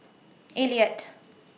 Elliott